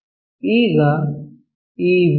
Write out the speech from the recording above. ಈಗ ಈ ವಿ